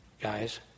Guys